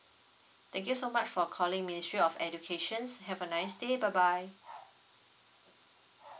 thank you so much for calling ministry of educations have a nice day bye bye